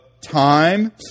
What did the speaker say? time